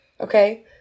okay